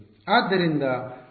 ಆದ್ದರಿಂದ ನಾವು ಅದನ್ನು ಮಾಡೋಣ